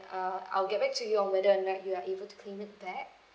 uh I'll get back to you on whether or not you are able to claim it back